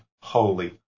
holy